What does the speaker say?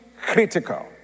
critical